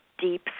deep